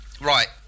Right